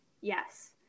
yes